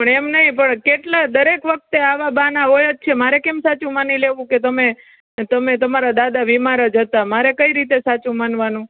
પણ એમ નહીં પણ કેટલા દરેક વખતે આવાં બહાનાં હોય જ છે મારે કેમ સાચું માની લેવું કે તમે તમે તમારા દાદા બીમાર જ હતા મારે કઈ રીતે સાચું માનવાનું